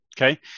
Okay